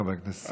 חבר הכנסת.